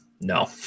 no